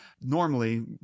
Normally